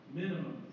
minimum